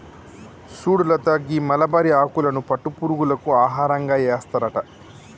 సుడు లత గీ మలబరి ఆకులను పట్టు పురుగులకు ఆహారంగా ఏస్తారట